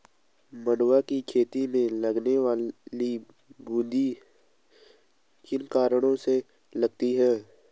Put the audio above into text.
मंडुवे की खेती में लगने वाली बूंदी किन कारणों से लगती है?